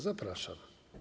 Zapraszam.